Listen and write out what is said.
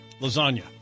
lasagna